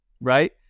right